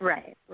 Right